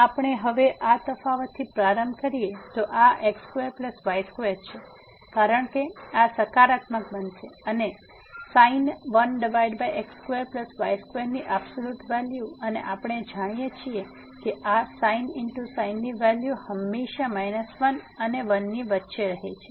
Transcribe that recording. જો આપણે હવે આ તફાવતથી પ્રારંભ કરીએ તો આ x2y2 છે કારણ કે આ સકારાત્મક બનશે અને sin1x2y2 ની એબ્સોલ્યુટ વેલ્યુ અને આપણે જાણીએ છીએ કે આ sin ની વેલ્યુ હંમેશા 1 અને 1 ની વચ્ચે રહે છે